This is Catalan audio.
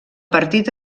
partit